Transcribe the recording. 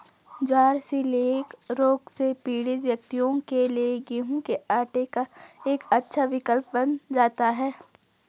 ज्वार coeliac रोग से पीड़ित व्यक्तियों के लिए गेहूं के आटे का एक अच्छा विकल्प बन जाता है